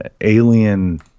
alien